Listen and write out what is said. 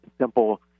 simple